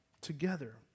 together